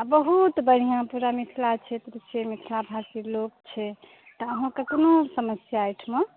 आ बहुत बढ़िआँ पूरा मिथिला क्षेत्र छै मिथिला भाषी लोक छै तऽ अहाँकेँ कोनो समस्या एहिठमा